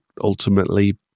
ultimately